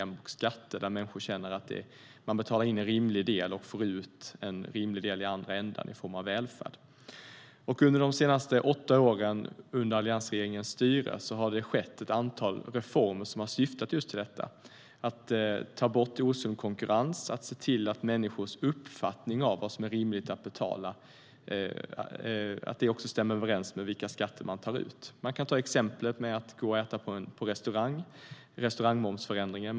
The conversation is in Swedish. Man betalar in en rimlig del och får ut en rimlig del i andra änden i form av välfärd. Ett exempel är restaurangmomsförändringen.